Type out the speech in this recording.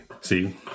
see